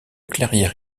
clairière